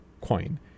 coin